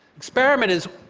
experiment is,